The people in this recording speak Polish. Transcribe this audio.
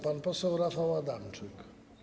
Pan poseł Rafał Adamczyk.